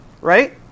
Right